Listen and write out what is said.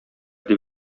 дип